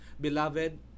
beloved